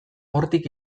hortik